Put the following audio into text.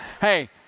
Hey